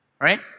right